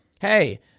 Hey